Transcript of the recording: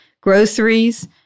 groceries